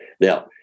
Now